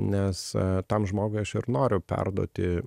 nes tam žmogui aš ir noriu perduoti